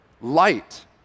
Light